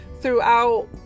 throughout